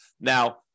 Now